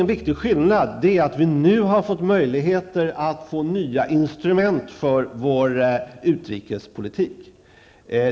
En viktig skillnad är att vi nu har erhållit möjligheter att få nya instrument för vår utrikespolitik.